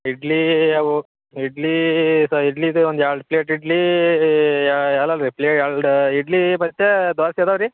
ಇಡ್ಲಿ ಅವು ಇಡ್ಲಿ ಸ ಇಡ್ಲಿದು ಒಂದು ಎರಡು ಪ್ಲೇಟ್ ಇಡ್ಲಿ ಎರಡು ಇಡ್ಲಿ ಮತ್ತು ದ್ವಾಸೆ ಇದಾವ್ ರೀ